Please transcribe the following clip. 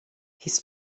his